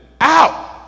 out